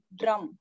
drum